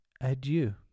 adieu